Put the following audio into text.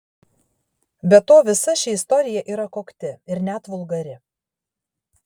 be to visa ši istorija yra kokti ir net vulgari